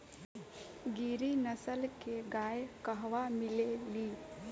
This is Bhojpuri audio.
गिरी नस्ल के गाय कहवा मिले लि?